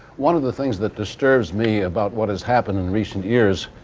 one of the things that disturbs me about what has happened in recent years,